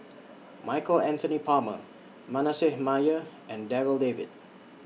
Michael Anthony Palmer Manasseh Meyer and Darryl David